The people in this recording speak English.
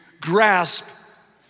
grasp